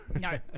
No